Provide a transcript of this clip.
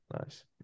nice